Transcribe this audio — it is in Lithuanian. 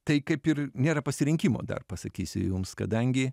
tai kaip ir nėra pasirinkimo dar pasakysiu jums kadangi